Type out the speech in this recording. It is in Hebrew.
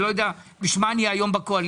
לא יודע בשביל מה אני היום בקואליציה.